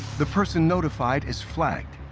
the person notified is flagged,